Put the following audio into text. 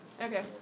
Okay